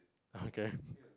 okay